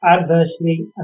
adversely